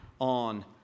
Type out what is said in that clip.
on